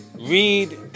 Read